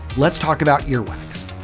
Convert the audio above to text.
let's talk about earwax.